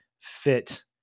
fit